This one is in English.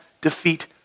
defeat